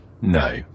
No